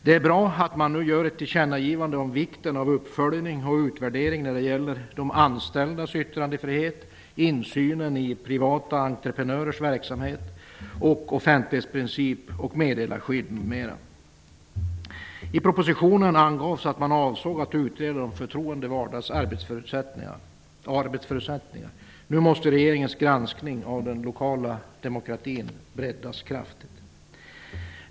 Det är bra att man gör ett tillkännagivande om vikten av uppföljning och utvärdering när det gäller de anställdas yttrandefrihet, insynen i privata entrepenörers verksamhet, offentlighetsprincip och meddelarskydd m.m. I propositionen angavs att man avsåg att utreda de förtroendevaldas arbetsförutsättningar. Nu måste regeringens granskning av den lokala demokratin breddas kraftigt.